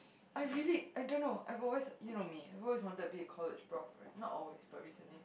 I really I don't know I've always you know me I've always wanted to be a college prof right not always but recently